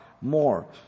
more